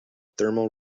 thermal